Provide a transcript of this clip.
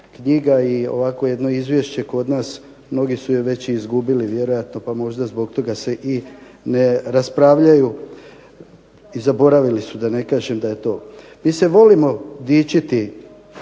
knjiga i ovakvo jedno izvješće kod nas, mnogi su je već i izgubili vjerojatno pa možda zbog toga se i ne raspravljaju i zaboravili su, da ne kažem da je to. Mi se volimo dičiti